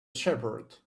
shepherd